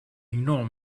ignore